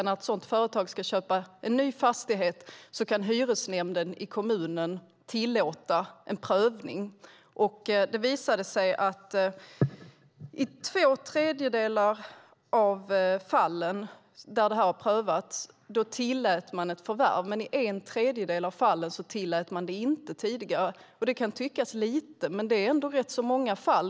När ett sådant företag ska köpa en ny fastighet kan hyresnämnden i kommunen tillåta en prövning. Det visade sig att i två tredjedelar av de fall där detta har prövats tillät man ett förvärv, men i en tredjedel av fallen tillät man det inte tidigare. Det kan tyckas lite, men det är ändå rätt många fall.